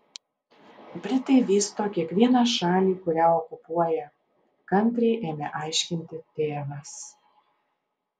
britai vysto kiekvieną šalį kurią okupuoja kantriai ėmė aiškinti tėvas